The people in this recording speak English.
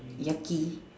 yucky